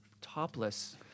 topless